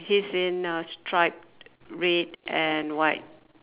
he's in a striped red and white